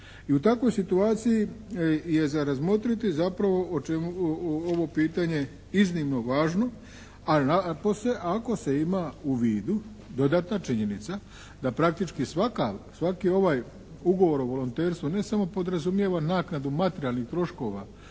I u takvoj situaciji je za razmotriti zapravo ovo pitanje iznimno važno a napose ako se ima u vidu dodatna činjenica da praktički svaki ovaj ugovor o volonterstvu ne samo podrazumijeva naknadu materijalnih troškova,